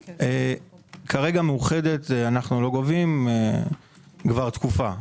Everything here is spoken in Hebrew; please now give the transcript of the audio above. כרגע מאוחדת אנו לא גובים כבר תקופה,